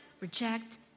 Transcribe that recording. reject